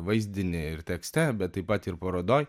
vaizdinį ir tekste bet taip pat ir parodoj